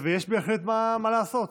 יש בהחלט מה לעשות